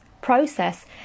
process